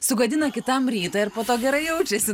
sugadina kitam rytą ir po to gerai jaučiasi